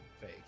fake